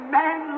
men